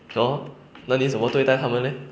然后那你这么样对待他们 leh